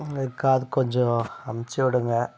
car கொஞ்சம் அனுப்பிச்சி விடுங்க